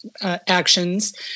actions